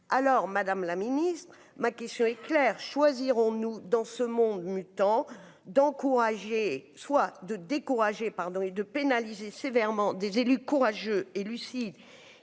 alors Madame la Ministre, ma question est : claire choisiront nous dans ce monde mutants d'encourager soit de décourager pardon et de pénaliser sévèrement des élus courageux et lucide,